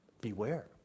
Beware